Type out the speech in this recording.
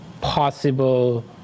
possible